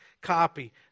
copy